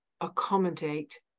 accommodate